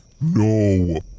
No